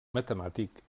matemàtic